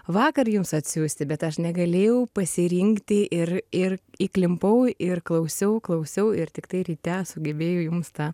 vakar jums atsiųsti bet aš negalėjau pasirinkti ir ir įklimpau ir klausiau klausiau ir tiktai ryte sugebėjau jums tą